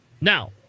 Now